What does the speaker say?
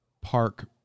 park